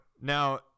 Now